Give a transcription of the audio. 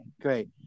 great